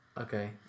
Okay